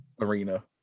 arena